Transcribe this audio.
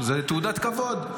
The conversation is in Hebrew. זו תעודת כבוד.